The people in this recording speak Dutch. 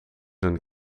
een